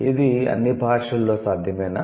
ఇది అన్ని భాషలలో సాధ్యమేనా